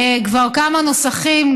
כבר כמה נוסחים,